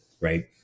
right